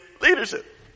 leadership